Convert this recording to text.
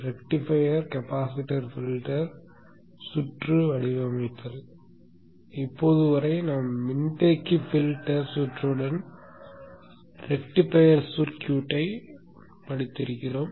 rectifier capacitor filter சுற்று வடிவமைத்தல் இப்போது வரை நாம் மின்தேக்கி பில்டர் சுற்றுடன் ரெக்டிஃபையர் சர்க்யூட்டைப் படித்திருக்கிறோம்